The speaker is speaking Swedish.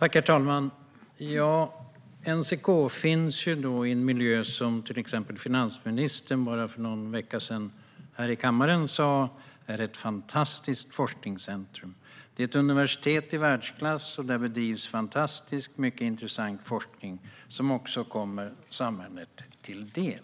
Herr talman! NCK finns i en miljö som till exempel finansministern för bara någon vecka sedan i kammaren menade är ett fantastiskt forskningscentrum. Hon sa att det är ett universitet i världsklass, och där bedrivs fantastiskt mycket intressant forskning som också kommer samhället till del.